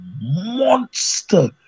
monster